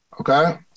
Okay